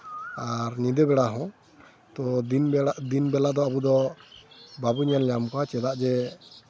ᱟᱨ ᱧᱤᱫᱟᱹ ᱵᱮᱲᱟ ᱦᱚᱸ ᱛᱳ ᱫᱤᱱ ᱵᱮᱞᱟ ᱫᱤᱱ ᱵᱮᱞᱟ ᱫᱚ ᱟᱵᱚ ᱫᱚ ᱵᱟᱵᱚ ᱧᱮᱞᱧᱟᱢ ᱠᱚᱣᱟ ᱪᱮᱫᱟᱜ ᱡᱮ